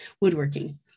woodworking